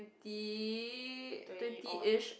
~ty twenty-ish